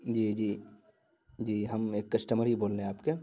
جی جی جی ہم ایک کسٹمر ہی بول رہے ہیں آپ کے